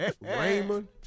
Raymond